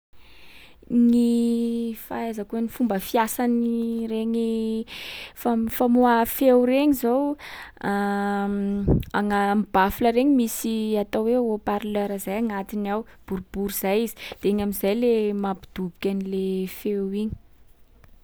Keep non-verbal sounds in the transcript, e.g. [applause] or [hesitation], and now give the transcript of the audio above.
Gny fahaizako ny fomba fiasan’ny regny fam- famoaha feo regny zao, [hesitation] agna- am'baffle regny misy atao hoe haut-parleurs zay agnatiny ao, boribory zay izy. De iny am’zay le mampidoboky an’le feo igny.